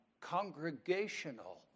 congregational